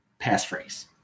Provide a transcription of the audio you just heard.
passphrase